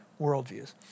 worldviews